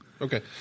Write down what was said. Okay